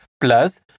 plus